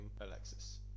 Alexis